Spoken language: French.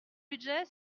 budget